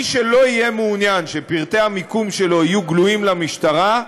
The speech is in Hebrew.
מי שלא יהיה מעוניין שפרטי המיקום שלו יהיו גלויים למשטרה,